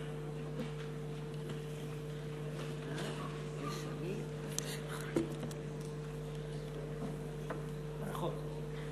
(חותם על ההצהרה) אני מתכבד להזמין את חבר הכנסת